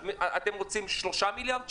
אתם רוצים שלושה מיליארד שקל?